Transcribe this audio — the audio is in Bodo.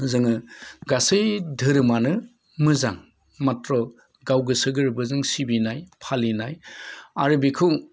जोङो गासै धोरोमानो मोजां माथ्र' गाव गोसो गोरबोजों सिबिनाय फालिनाय आरो बेखौ